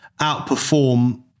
outperform